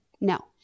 No